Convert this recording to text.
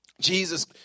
Jesus